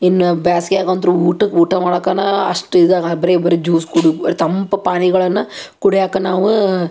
ಇನ್ನು ಬ್ಯಾಸ್ಗ್ಯಾಗ ಅಂತು ಊಟಕ್ಕೆ ಊಟ ಮಾಡಕ್ಕನ ಅಷ್ಟು ಇದಾಗ ಬರಿ ಬರಿ ಜ್ಯೂಸ್ ಕುಡುದು ತಂಪು ಪಾನಿಗಳನ್ನು ಕುಡ್ಯಾಕ್ಕ ನಾವು